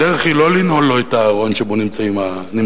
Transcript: הדרך היא לא לנעול לו את הארון שבו נמצא האלכוהול.